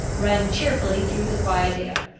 rang cheerfully through the quiet air.